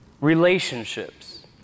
Relationships